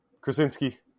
Krasinski